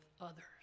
others